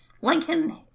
Lincoln